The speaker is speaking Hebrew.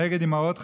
נגד אימהות חרדיות,